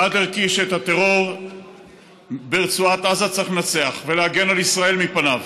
חד-ערכי שאת הטרור ברצועת עזה צריך לנצח ולהגן על ישראל מפניו,